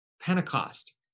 Pentecost